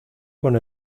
con